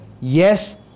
yes